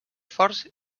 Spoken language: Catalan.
forts